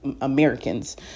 Americans